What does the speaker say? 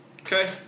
Okay